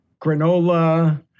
granola